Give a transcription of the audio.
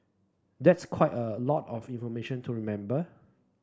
that's quite a lot of information to remember